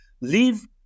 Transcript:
leave